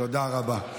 תודה רבה.